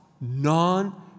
non